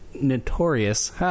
notorious